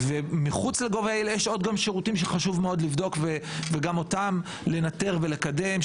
מחוץ ל-gov.il יש עוד שירותים שחשוב מאוד לבדוק וגם אותם לנטר ולקדם,